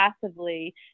passively